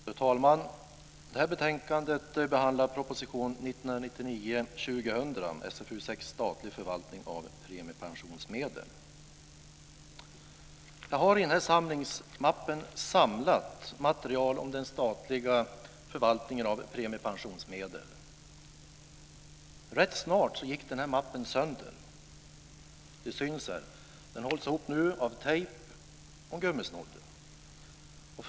Fru talman! Detta betänkande behandlar proposition 1999/2000:12, Statlig förvaltning av premiepensionsmedel, m.m. Jag har i den samlingsmapp som jag har i min hand samlat material om den statliga förvaltningen av premiepensionsmedel. Rätt snart gick mappen sönder. Det syns här. Den hålls nu ihop av tejp och en gummisnodd.